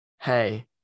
Hey